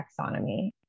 taxonomy